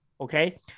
okay